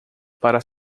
para